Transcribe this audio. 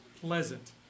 pleasant